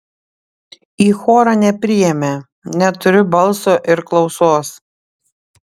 į chorą nepriėmė neturiu balso ir klausos